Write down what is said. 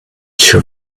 she